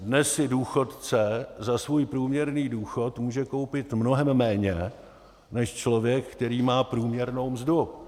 Dnes si důchodce za svůj průměrný důchod může koupit mnohem méně než člověk, který má průměrnou mzdu.